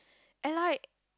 and like